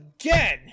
again